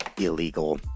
illegal